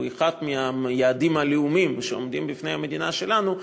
אחד היעדים הלאומיים שעומדים בפני המדינה שלנו,